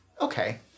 okay